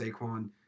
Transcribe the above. Saquon